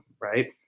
right